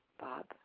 Bob